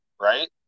Right